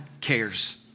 cares